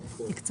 היועץ